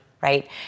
right